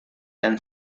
and